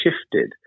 shifted